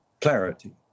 clarity